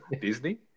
Disney